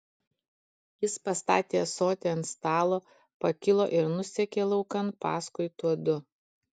jis pastatė ąsotį ant stalo pakilo ir nusekė laukan paskui tuodu